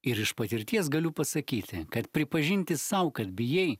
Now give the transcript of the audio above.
ir iš patirties galiu pasakyti kad pripažinti sau kad bijai